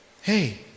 Hey